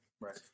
Right